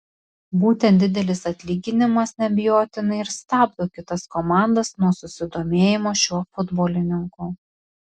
būtent didelis atlyginimas neabejotinai ir stabdo kitas komandas nuo susidomėjimo šiuo futbolininku